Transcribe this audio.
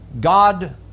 God